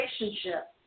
relationship